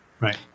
Right